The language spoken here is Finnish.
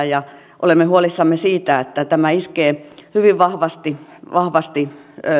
ja olemme huolissamme siitä että tämä iskee hyvin vahvasti vahvasti